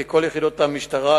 ככל יחידות המשטרה,